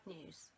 news